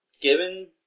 Given